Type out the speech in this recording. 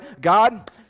God